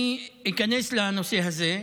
אני איכנס לנושא הזה,